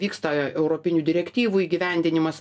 vyksta europinių direktyvų įgyvendinimas